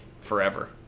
forever